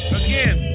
again